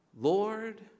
Lord